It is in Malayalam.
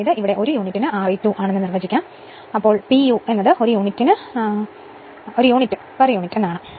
അതായത് ഇത് ഒരു യൂണിറ്റിന് Re2 ആണെന്ന് നിർവചിക്കാം അതിനർത്ഥം അളവില്ലാത്ത അളവ് ഈ p u എന്നാൽ ഒരു യൂണിറ്റിന് ഒരു യൂണിറ്റ് എന്നാണ്